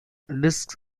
disc